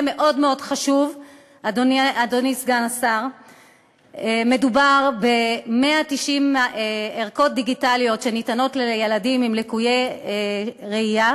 שכן רישום האוכלוסין חייב להיות נקי משגיאות כאלה.